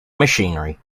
machinery